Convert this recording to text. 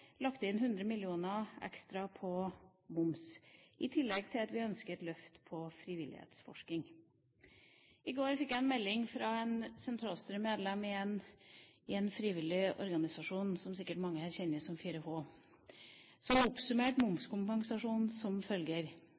lagt inn 100 mill. kr ekstra på moms, i tillegg til at vi ønsker et løft på frivillighetsforskning. I går fikk jeg en melding fra et sentralstyremedlem i en frivillig organisasjon som sikkert mange kjenner, 4H, som oppsummerte momskompensasjonen som følger: